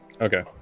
Okay